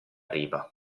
riva